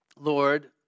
Lord